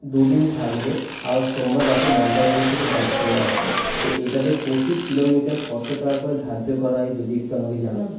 দুদিন থাকবে আবার সোমবার রাতে মন্দারমণি থেকে ব্যাক করে আসবে তো এটাতে প্রতি কিলোমিটার কত টাকা করে ধার্য করা হয় যদি একটু আমাকে জানান